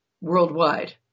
worldwide